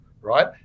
Right